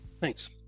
thanks